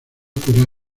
curar